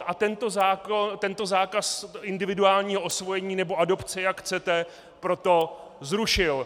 A tento zákaz individuálního osvojení, nebo adopce, jak chcete, proto zrušil.